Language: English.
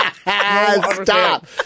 Stop